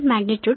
36 amperes